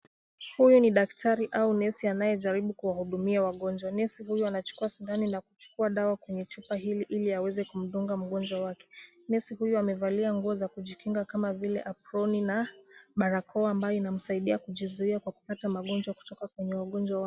Huyu ni daktari au nesi anayejaribu kuwahudumia wagonjwa. Nesi huyu anachukua sindano na kuchukua dawa kwenye chupa hili ili aweze kumdunga mgonjwa wake. Nesi huyu amevalia nguo za kujikinga kama vile aproni na barakoa ambayo inamsaidia kujizuia kwa kupata magonjwa kutoka kwenye wagonjwa wake.